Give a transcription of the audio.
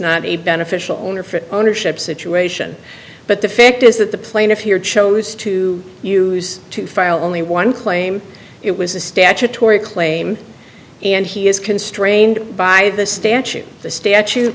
not a beneficial ownership ownership situation but the fact is that the plaintiff here chose to use to file only one claim it was a statutory claim and he is constrained by the statute the statute